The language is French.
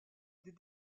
des